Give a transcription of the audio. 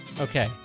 Okay